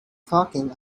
talking